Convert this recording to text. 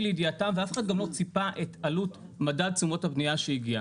לידיעתם ואף אחד גם לא ציפה את עלות מדד תשומות הבניה שהגיע.